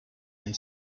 and